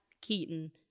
Keaton